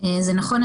זה נכון,